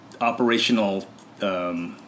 operational